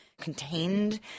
contained